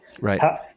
right